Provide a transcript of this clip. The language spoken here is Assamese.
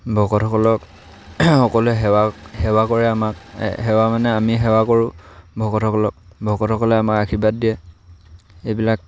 ভকতসকলক সকলোৱে সেৱা কৰে আমাক সেৱা মানে আমি সেৱা কৰোঁ ভকতসকলক ভকতসকলে আমাক আশীৰ্বাদ দিয়ে এইবিলাক